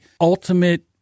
ultimate